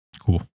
cool